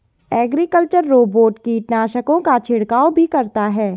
agricultural robot कीटनाशकों का छिड़काव भी करता है